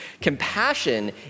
Compassion